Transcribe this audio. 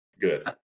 good